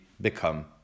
become